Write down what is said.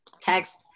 text